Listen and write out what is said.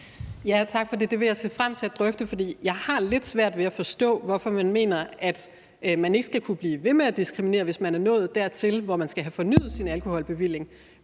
Tak for det. Det vil jeg se frem til at drøfte, for jeg har lidt svært ved at forstå, hvorfor man mener, at man ikke skal kunne blive ved med at diskriminere, hvis man er nået dertil, hvor man skal have fornyet sin alkoholbevilling,